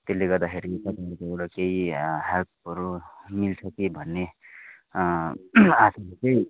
त्यसले गर्दाखेरि तपाईँहरूकोबाट केही हेल्पहरू मिल्छ कि भन्ने आसले चाहिँ